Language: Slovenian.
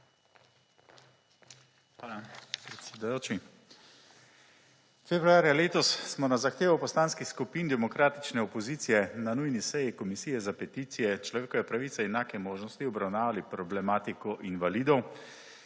Hvala, predsedujoči. Februarja letos smo na zahtevo poslanskih skupin demokratične opozicije na nujni seji Komisije za peticije, človekove pravice in enake možnosti obravnavali problematiko invalidov,